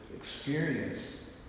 experience